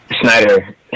Snyder